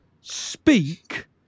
speak